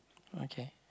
okay